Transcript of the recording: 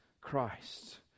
christ